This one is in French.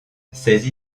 ces